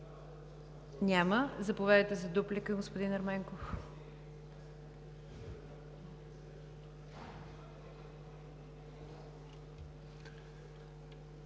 Няма. Заповядайте за дуплика, господин Ерменков.